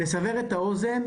לסבר את האוזן,